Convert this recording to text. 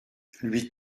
lui